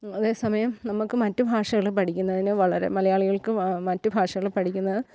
അതേസമയം നമുക്ക് മറ്റു ഭാഷകൾ പഠിക്കുന്നതിന് വളരെ മലയാളികൾക്ക് മറ്റു ഭാഷകൾ പഠിക്കുന്നത്